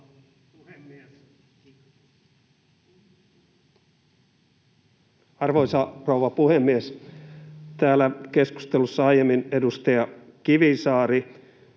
Arvoisa rouva puhemies! Täällä keskustelussa aiemmin edustaja Kivisaari